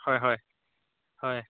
হয় হয় হয়